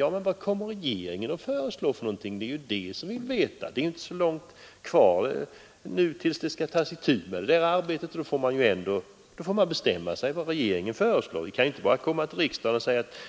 Ja, men vad kommer regeringen att föreslå? Det är det som vi vill veta. Det är inte så lång tid kvar tills man skall ta itu med detta arbete, och då får man bestämma sig för vad regeringen skall föreslå. Den kan ju inte bara säga till riksdagen att